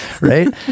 right